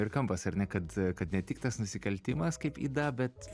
ir kampas ar ne kad kad ne tik tas nusikaltimas kaip yda bet